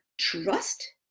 trust